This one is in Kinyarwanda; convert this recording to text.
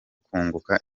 kunguka